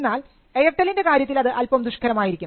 എന്നാൽ എയർടെല്ലിൻറെ കാര്യത്തിൽ അത് അല്പം ദുഷ്കരമായിരിക്കും